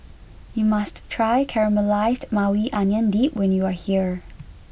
you must try Caramelized Maui Onion Dip when you are here